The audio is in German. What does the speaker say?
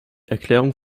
erklärung